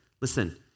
listen